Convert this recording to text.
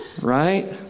Right